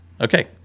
Okay